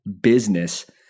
business